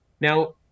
Now